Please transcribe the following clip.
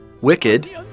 Wicked